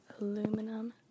Aluminum